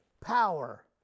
power